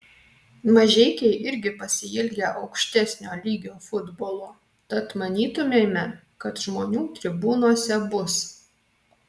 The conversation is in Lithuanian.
mažeikiai irgi pasiilgę aukštesnio lygio futbolo tad manytumėme kad žmonių tribūnose bus